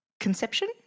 conception